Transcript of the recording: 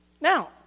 Now